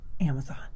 Amazon